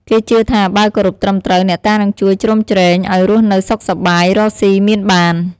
គេជឿថាបើគោរពត្រឹមត្រូវ អ្នកតានឹងជួយជ្រោមជ្រែង ឱ្យរស់នៅសុខសប្បាយ រកស៊ីមានបាន។